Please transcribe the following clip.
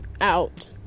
out